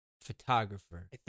Photographer